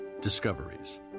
Discoveries